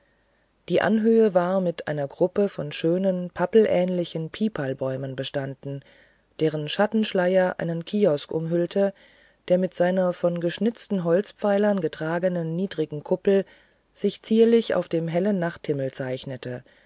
die anhöhe war mit einer gruppe von schönen pappelähnlichen pipalbäumen bestanden deren schattenschleier einen kiosk umhüllte der mit seiner von geschnitzten holzpfeilern getragenen niedrigen kuppel sich zierlich auf dem hellen nachthimmel zeichnete